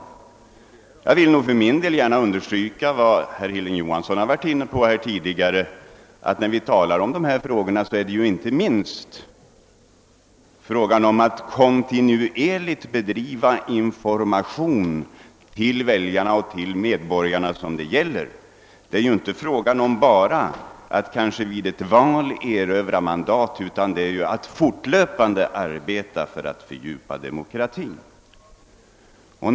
Jag vill gärna understryka vad herr Johansson i Trollhättan tidigare framhållit, nämligen att det inte minst är fråga om att kontinuerligt lämna information till väljarna och medborgarna i syfte att fördjupa demokratin — det är alltså inte bara fråga om att vid ett val försöka erövra mandat.